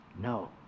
No